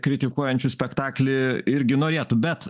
kritikuojančius spektaklį irgi norėtų bet